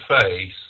face